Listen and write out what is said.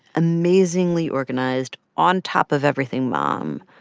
amazingly organized, on-top-of-everything mom,